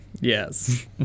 Yes